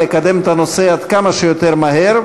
לקדם את הנושא עד כמה שיותר מהר,